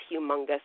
humongous